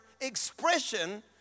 expression